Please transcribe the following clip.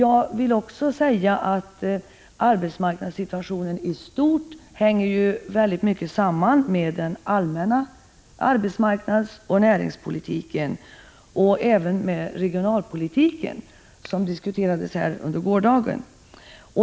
Arbetsmarknadssituationen i stort hänger emellertid nära samman med den allmänna arbetsmarknadsoch näringspolitiken och även med regionalpolitiken, som diskuterades här under gårdagen.